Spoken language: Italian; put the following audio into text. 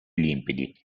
limpidi